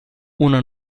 una